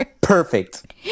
Perfect